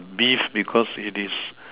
beef because it is